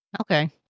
Okay